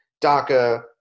DACA